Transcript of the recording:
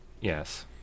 yes